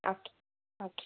okay okay